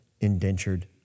indentured